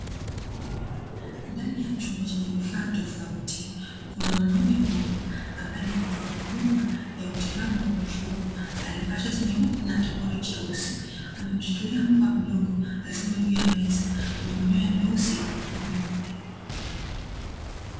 Ndani ya chumba chenye vifaa tofauti kuna mwanaume mmoja ambaye ni mtoa huduma ya utibabu wa mifugo alievaa shati nyeupe na kimori cheusi, amemshikilia mbwa mdogo aliyesimama juu ya meza mwenye manyoya meusi na meupe.